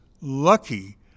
lucky